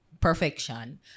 Perfection